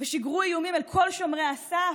שיגרו איומים אל כל שומרי הסף,